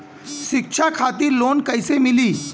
शिक्षा खातिर लोन कैसे मिली?